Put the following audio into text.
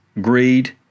Greed